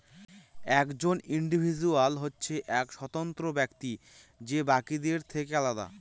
একজন ইন্ডিভিজুয়াল হচ্ছে এক স্বতন্ত্র ব্যক্তি যে বাকিদের থেকে আলাদা